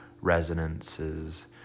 resonances